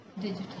Digital